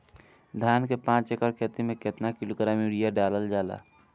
धान के पाँच एकड़ खेती में केतना किलोग्राम यूरिया डालल जाला?